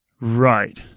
Right